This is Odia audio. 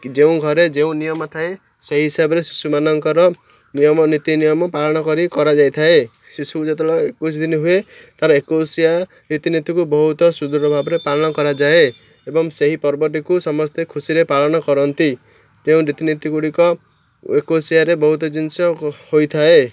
ଯେଉଁ ଘରେ ଯେଉଁ ନିୟମ ଥାଏ ସେହି ହିସାବରେ ଶିଶୁମାନଙ୍କର ନିୟମ ନୀତି ନିୟମ ପାଳନକରି କରାଯାଇ ଥାଏ ଶିଶୁ ଯେତେବେଳେ ଏକୋଇଶି ଦିନି ହୁଏ ତା'ର ଏକୋଇଶିଆ ରୀତିନୀତିକୁ ବହୁତ ସୁଦୃଢ଼ ଭାବରେ ପାଳନ କରାଯାଏ ଏବଂ ସେହି ପର୍ବଟିକୁ ସମସ୍ତେ ଖୁସିରେ ପାଳନ କରନ୍ତି ଯେଉଁ ରୀତିନୀତିଗୁଡ଼ିକ ଏକୋଇଶିଆରେ ବହୁତ ଜିନିଷ ହୋଇଥାଏ